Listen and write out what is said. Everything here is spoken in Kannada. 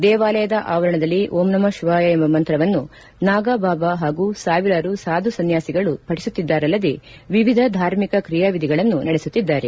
ದೇವಾಲಯದ ಆವರಣದಲ್ಲಿ ಓಂ ನಮ ಶಿವಾಯ ಎಂಬ ಮಂತ್ರವನ್ನು ನಾಗಬಾಬ ಹಾಗೂ ಸಾವಿರಾರು ಸಾಧು ಸನ್ಯಾಸಿಗಳು ಪಠಿಸುತ್ತಿದ್ದಾರಲ್ಲದೇ ವಿವಿಧ ಧಾರ್ಮಿಕ ಕ್ರಿಯಾ ವಿಧಿಗಳನ್ನು ನಡೆಸುತ್ತಿದ್ದಾರೆ